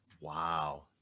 Wow